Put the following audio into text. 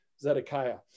Zedekiah